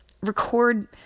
record